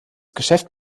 geschäft